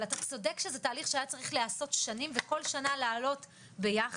אבל אתה צודק שזה תהליך שהיה צריך להיעשות שנים וכל ששנה להעלות ביחד,